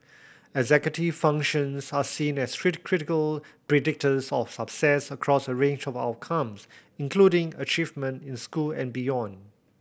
executive functions are seen as critical predictors of success across a range of outcomes including achievement in school and beyond